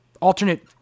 alternate